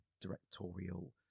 directorial